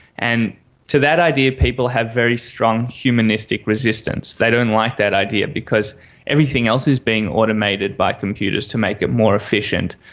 and to that idea people have very strong humanistic resistance. they don't like that idea because everything else is being automated by computers to make it more efficient,